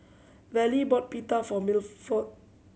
Vallie bought Pita for Milford